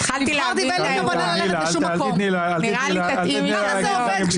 אה, בטח, למה?